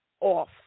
off